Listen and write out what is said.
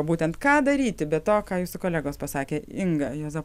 būtent ką daryti be to ką jūsų kolegos pasakė inga juoza